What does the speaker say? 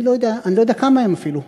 אני לא יודע כמה הם אפילו,